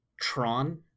Tron